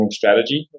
strategy